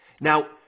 Now